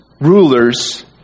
rulers